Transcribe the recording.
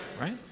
right